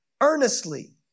earnestly